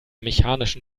mechanischen